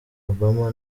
obama